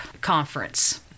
Conference